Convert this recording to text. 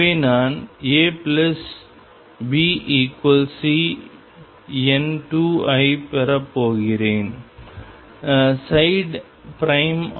எனவே நான் ABC எண் 2 ஐப் பெறப் போகிறேன்